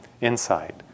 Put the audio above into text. insight